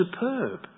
superb